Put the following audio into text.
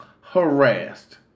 harassed